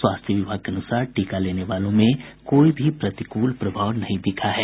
स्वास्थ्य विभाग के अनुसार टीका लेने वालों में कोई भी प्रतिकूल प्रभाव नहीं दिखा है